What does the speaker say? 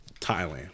Thailand